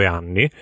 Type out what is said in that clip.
anni